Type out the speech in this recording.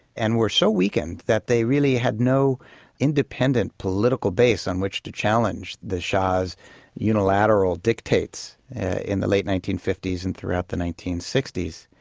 and was so weakened that they really had no independent political base on which to challenge the shah's unilateral dictates in the late nineteen fifty s and throughout the nineteen sixty s.